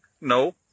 No